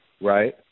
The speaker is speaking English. Right